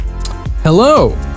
Hello